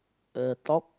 a top